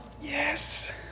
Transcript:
yes